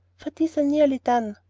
for these are nearly done.